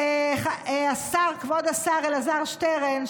כבוד השר אלעזר שטרן,